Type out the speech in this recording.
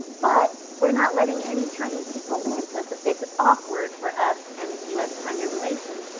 but we're not letting any chinese people in. so it's it's awkward for us and u s china relations.